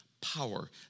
power